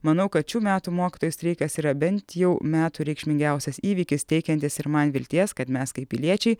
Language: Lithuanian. manau kad šių metų mokytojų streikas yra bent jau metų reikšmingiausias įvykis teikiantis ir man vilties kad mes kaip piliečiai